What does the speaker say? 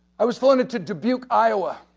i was flown into dubuque, iowa.